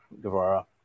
Guevara